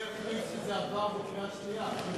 מי החליט שזה עבר בקריאה שנייה?